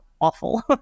awful